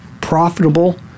profitable